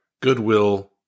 goodwill